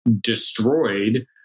destroyed